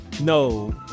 No